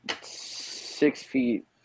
six-feet